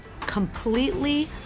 Completely